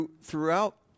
throughout